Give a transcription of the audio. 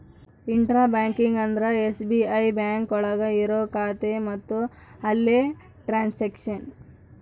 intra banking ಅಂದ್ರೆ SBI bank ಒಳಗ ಇರೋ ಖಾತೆ ಮತ್ತು ಅಲ್ಲೇ ಟ್ರನ್ಸ್ಯಾಕ್ಷನ್